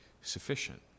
sufficient